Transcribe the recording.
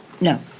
no